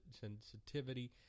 sensitivity